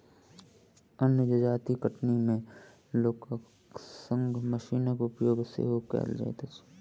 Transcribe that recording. अन्य जजाति कटनी मे लोकक संग मशीनक प्रयोग सेहो कयल जाइत अछि